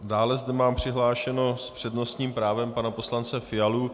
Dále zde mám přihlášeného s přednostním právem pana poslance Fialu.